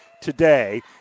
today